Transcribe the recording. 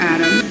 Adam